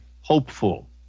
hopeful